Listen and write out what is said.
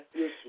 Yes